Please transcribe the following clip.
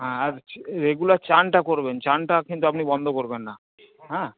হ্যাঁ আর রেগুলার স্নানটা করবেন স্নানটা কিন্তু আপনি বন্ধ করবেন না হ্যাঁ